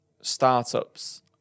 startups